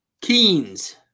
Keens